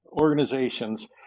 organizations